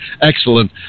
excellent